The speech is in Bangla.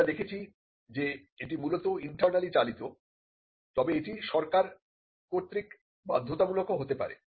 আমরা দেখতে পাচ্ছি যে এটি মূলত ইন্টারনালি চালিত তবে এটি সরকার কর্তৃক বাধ্যতামূলকও হতে পারে